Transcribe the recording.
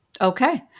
Okay